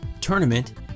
tournament